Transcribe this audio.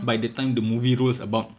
by the time the movie rolls about